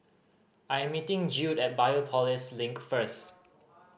I am meeting Judd at Biopolis Link first